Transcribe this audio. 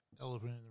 elephant